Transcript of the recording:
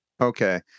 Okay